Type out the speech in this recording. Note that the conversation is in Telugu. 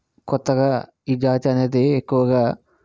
కొత్తగా ఈ జాతి అనేది ఎక్కువగా